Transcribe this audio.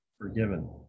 forgiven